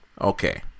Okay